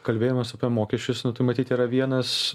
kalbėjimas apie mokesčius tai matyt yra vienas